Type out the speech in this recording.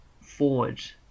forward